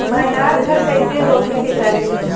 भंडार घर कईसे होखे के चाही?